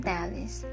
Dallas